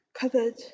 covered